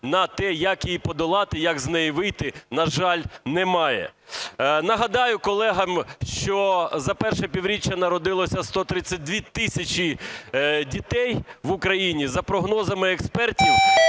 на те, як її подолати, як з неї вийти, на жаль, немає. Нагадаю колегам, що за перше півріччя народилося 132 тисячі дітей в Україні. За прогнозами експертів,